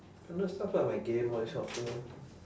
I do stuff like my game all this kind of thing orh